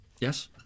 Yes